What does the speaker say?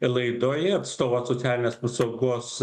laidoje atstovaut socialinės apsaugos